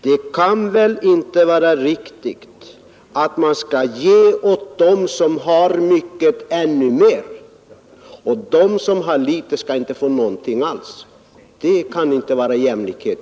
Det kan inte vara någon jämlikhet, fru Hörnlund, att ge ännu mer åt dem som redan har mycket och inte ge någonting alls åt dem som har litet.